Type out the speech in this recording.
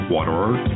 Waterer